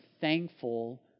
thankful